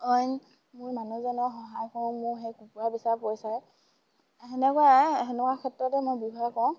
অইন মোৰ মানুহজনক সহায় কৰোঁ মোৰ সেই কুকুৰা বেচা পইচাৰে সেনেকুৱাই সেনেকুৱা ক্ষেত্ৰতে মই ব্যৱহাৰ কৰোঁ